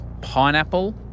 Pineapple